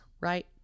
right